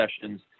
sessions